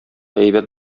әйбәт